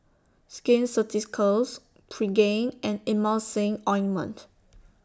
Skin Ceuticals Pregain and Emulsying Ointment